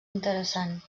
interessant